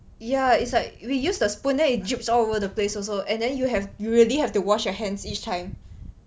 ya it's like we use the spoon then it drips all over the place also and then you have you really have to wash your hands each time